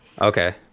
Okay